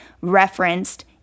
referenced